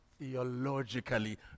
theologically